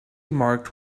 marked